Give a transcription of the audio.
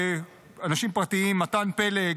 ואנשים פרטיים, מתן פלג,